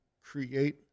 create